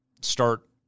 start